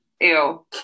ew